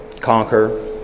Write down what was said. conquer